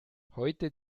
heute